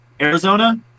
Arizona